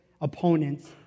opponents